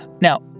Now